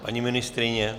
Paní ministryně?